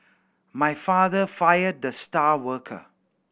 my father fired the star worker